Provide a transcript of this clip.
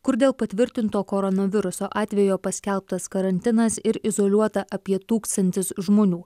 kur dėl patvirtinto koronaviruso atvejo paskelbtas karantinas ir izoliuota apie tūkstantis žmonių